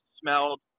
smelled